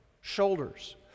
shoulders